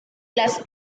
las